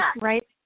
right